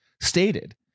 stated